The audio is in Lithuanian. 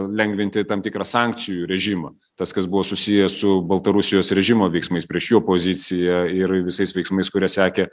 lengvinti tam tikrą sankcijų režimą tas kas buvo susiję su baltarusijos režimo veiksmais prieš jų opoziciją ir visais veiksmais kurie sekė